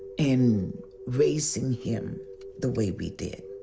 in raising him the way we did.